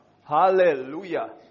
hallelujah